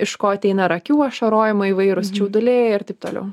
iš ko ateina ar akių ašarojimai įvairūs čiauduliai ir taip toliau